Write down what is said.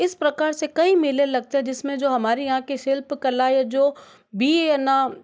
इस प्रकार से कई मेले लगते हैं जिसमें जो हमारे यहाँ कि जो शिल्प कला है या जो भी है न